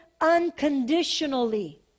unconditionally